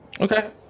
Okay